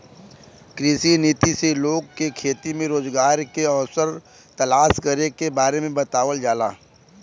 कृषि नीति से लोग के खेती में रोजगार के अवसर तलाश करे के बारे में बतावल जाला